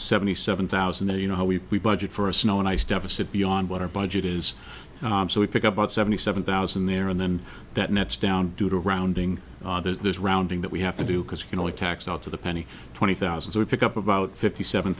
seventy seven thousand and you know we we budget for a snow and ice deficit beyond what our budget is so we pick up about seventy seven thousand there and then that nets down due to rounding there's rounding that we have to do because you can only tax out to the penny twenty thousand so we pick up about fifty seven